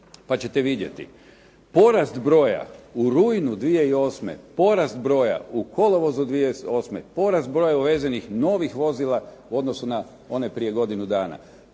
pa ćete vidjeti. Porast broja u rujnu 2008., porast broja u kolovozu 2008., poraz broja uvezenih novih vozila u odnosu na one prije godinu dana.